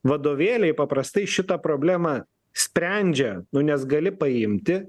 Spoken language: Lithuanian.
vadovėliai paprastai šitą problemą sprendžia nu nes gali paimti